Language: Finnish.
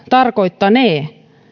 tarkoittanee sitä